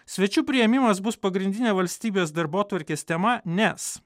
svečių priėmimas bus pagrindinė valstybės darbotvarkės tema nes